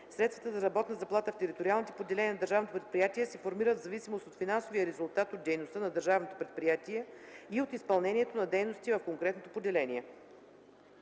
Средствата за работна заплата в териториалните поделения на държавното предприятие се формират в зависимост от финансовия резултат от дейността на държавното предприятие и от изпълнението на дейностите в конкретното поделение.”